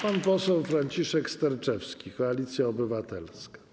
Pan poseł Franciszek Sterczewski, Koalicja Obywatelska.